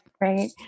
Right